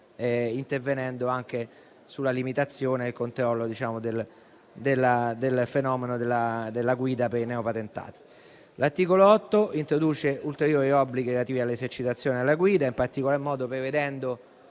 intervenendo anche sulla limitazione e il controllo della guida dei neopatentati. L'articolo 8 introduce ulteriori obblighi relativi alle esercitazioni alla guida, in particolar modo prevedendo